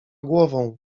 głową